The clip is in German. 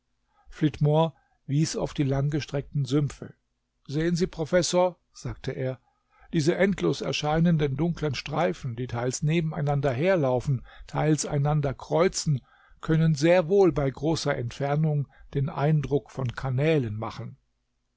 flitmore wies auf die langgestreckten sümpfe sehen sie professor sagte er diese endlos erscheinenden dunkeln streifen die teils neben einander her laufen teils einander kreuzen können sehr wohl bei großer entfernung den eindruck von kanälen machen